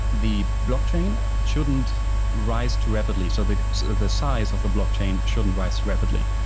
the blockchain shouldn't rise too rapidly. so the the size of the blockchain shouldn't rise rapidly,